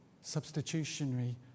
Substitutionary